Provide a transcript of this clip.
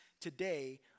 today